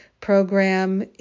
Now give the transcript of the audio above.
program